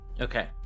Okay